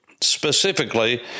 Specifically